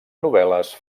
novel·les